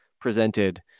presented